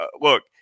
look